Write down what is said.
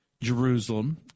Jerusalem